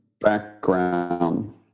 background